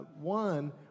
One